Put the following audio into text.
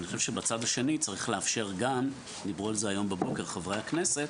אני חושב שבצד השני צריך לאפשר דיברו על זה הבוקר חברי הכנסת